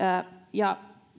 ja